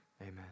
Amen